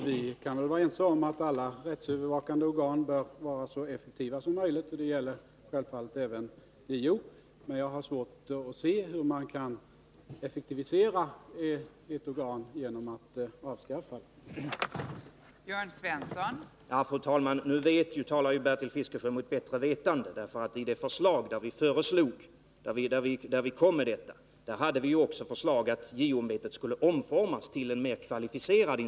Vi är naturligtvis ense om att alla rättsövervakande organ bör vara så effektiva som möjligt, och det gäller självfallet även JO, men jag har svårt att se hur man skulle kunna effektivisera ett organ genom att avskaffa det.